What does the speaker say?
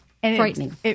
frightening